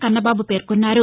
కన్నబాబు పేర్కొన్నారు